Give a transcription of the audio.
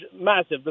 massive